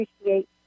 appreciate